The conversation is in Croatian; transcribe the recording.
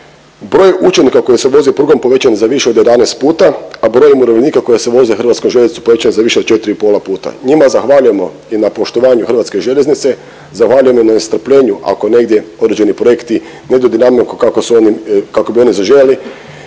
broj učenika koji se vozi prugom povećan je za više od 11 puta, a broj umirovljenika koji se voze Hrvatskom željeznicom povećan za više od 4 i pola puta. Njima zahvaljujemo i na poštovanju Hrvatske željeznice, zahvaljujemo i na strpljenju ako negdje određeni projekti ne idu dinamikom kako su oni, kako